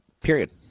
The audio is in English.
Period